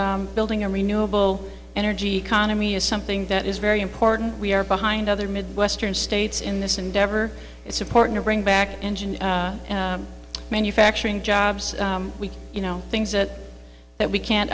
that building a renewable energy economy is something that is very important we are behind other midwestern states in this endeavor it's important to bring back the engine manufacturing jobs we you know things that that we can't